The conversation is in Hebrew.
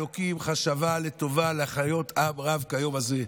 אלוקים חשבה לטובה להחיות עם רב כיום הזה.